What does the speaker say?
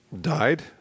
Died